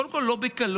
קודם כול, לא בקלות,